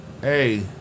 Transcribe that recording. Hey